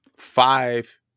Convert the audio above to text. five